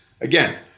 again